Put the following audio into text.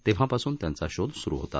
तेव्हापासून त्यांचा शोध सुरू होता